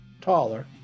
taller